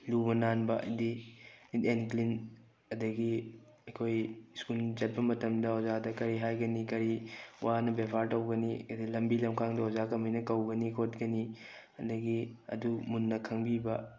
ꯂꯨꯕ ꯅꯥꯟꯕ ꯍꯥꯏꯗꯤ ꯅꯤꯠ ꯑꯦꯟ ꯀ꯭ꯂꯤꯟ ꯑꯗꯨꯗꯒꯤ ꯑꯩꯈꯣꯏ ꯁ꯭ꯀꯨꯟ ꯆꯠꯄ ꯃꯇꯝꯗ ꯑꯣꯖꯥꯗ ꯀꯔꯤ ꯍꯥꯏꯒꯅꯤ ꯀꯔꯤ ꯋꯥꯅ ꯕ꯭ꯌꯦꯕꯥꯔ ꯇꯧꯒꯅꯤ ꯍꯥꯏꯗꯤ ꯂꯝꯕꯤ ꯂꯝꯈꯥꯡꯗ ꯑꯣꯖꯥ ꯀꯃꯥꯏꯅ ꯀꯧꯒꯅꯤ ꯈꯣꯠꯀꯅꯤ ꯑꯗꯨꯗꯒꯤ ꯑꯗꯨ ꯃꯨꯟꯅ ꯈꯪꯕꯤꯕ